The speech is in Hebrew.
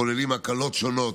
הכוללים הקלות שונות,